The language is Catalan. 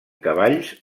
cavalls